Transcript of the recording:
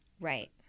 right